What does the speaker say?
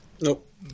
Nope